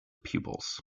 pupils